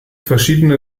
verschiedene